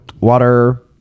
water